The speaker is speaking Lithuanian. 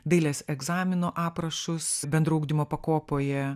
dailės egzamino aprašus bendro ugdymo pakopoje